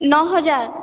ନଅ ହଜାର